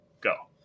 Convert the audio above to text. go